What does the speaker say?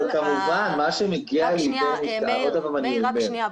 אבל כמובן מה שמגיע --- רק שניה,